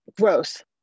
gross